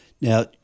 Now